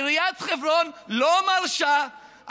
עיריית חברון לא מרשה.